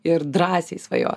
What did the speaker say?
ir drąsiai svajot